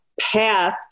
path